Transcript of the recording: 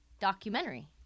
documentary